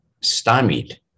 stymied